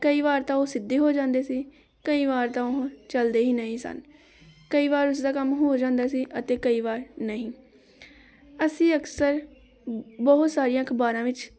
ਕਈ ਵਾਰ ਤਾਂ ਉਹ ਸਿੱਧੇ ਹੋ ਜਾਂਦੇ ਸੀ ਕਈ ਵਾਰ ਤਾਂ ਉਹ ਚੱਲਦੇ ਹੀ ਨਹੀਂ ਸਨ ਕਈ ਵਾਰ ਉਸ ਦਾ ਕੰਮ ਹੋ ਜਾਂਦਾ ਸੀ ਅਤੇ ਕਈ ਵਾਰ ਨਹੀਂ ਅਸੀਂ ਅਕਸਰ ਬਹੁਤ ਸਾਰੀਆਂ ਅਖਬਾਰਾਂ ਵਿੱਚ